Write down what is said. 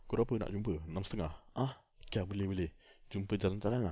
pukul berapa nak jumpa enam setengah ah boleh boleh jumpa jalan jalan ah